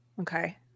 Okay